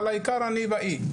אבל העיקר אני באי.